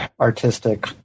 artistic